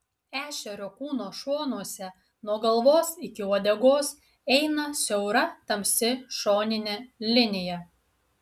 ešerio kūno šonuose nuo galvos iki uodegos eina siaura tamsi šoninė linija